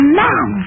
man